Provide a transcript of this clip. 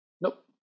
Nope